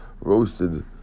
roasted